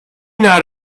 not